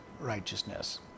righteousness